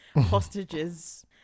hostages